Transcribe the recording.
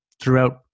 throughout